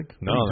No